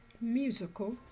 musical